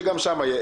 שגם שם יהיה.